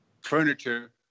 furniture